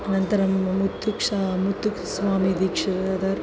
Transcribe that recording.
अनन्तरं मुत्तुक्षा मुत्तुस्वामि दीक्ष दर्